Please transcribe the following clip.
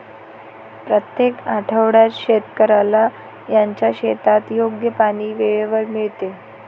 प्रत्येक आठवड्यात शेतकऱ्याला त्याच्या शेतात योग्य पाणी वेळेवर मिळते